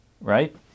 right